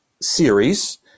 series